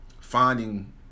finding